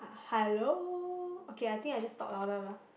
hello okay I think I just talk louder lah